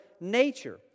nature